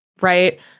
Right